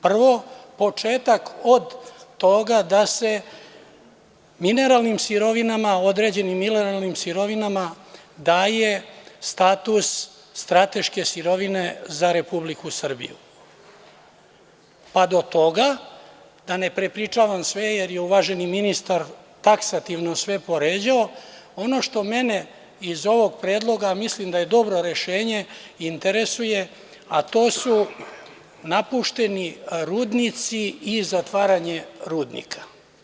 Prvo, početak od toga da se mineralnim sirovinama, određenim mineralnim sirovinama daje status strateške sirovine za Republiku Srbiju, pa do toga, da ne prepričavam sve, jer je uvaženi ministar takstativno sve poređao, ono što mene iz ovog predloga, a mislim da je dobro rešenje, interesuje, a to su napušteni rudnici i zatvaranje rudnika.